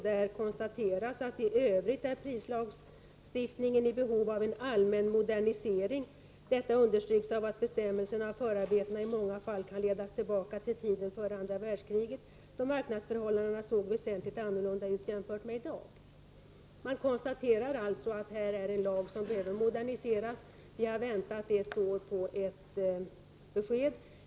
Där konstateras följande: ”I övrigt är prislagstiftningen i behov av en allmän modernisering. Detta understryks av att bestämmelserna och förarbetena i många fall kan ledas tillbaka till tiden före andra världskriget, då marknadsförhållandena såg väsentligt annorlunda ut jämfört med i dag.” Man konstaterar alltså att den här lagen behöver moderniseras. Sedan ett år tillbaka väntar vi på besked.